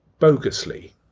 bogusly